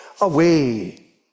away